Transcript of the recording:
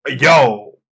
Yo